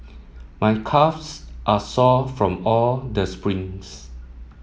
my calves are sore from all the sprints